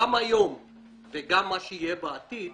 גם היום וגם מה שיהיה בעתיד